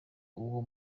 uwo